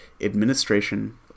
administration